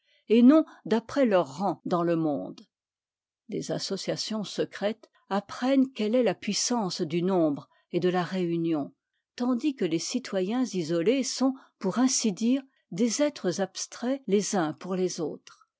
et non d'après leur rang dans le monde les associations secrètes apprennent quelle est la puissance du nombre et de la réunion tandis que les citoyens isolés sont pour ainsi dire des êtres abstraits les uns pour les autres